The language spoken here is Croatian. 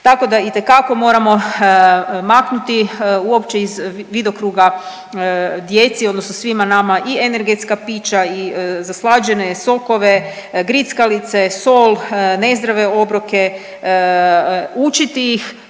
Tako da itekako moramo maknuti uopće iz vidokruga djeci odnosno svima nama i energetska pića i zaslađene sokove, grickalice, sol, nezdrave obroke, učiti ih